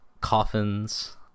coffins